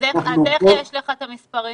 אז איך יש לך את המספרים?